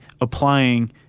applying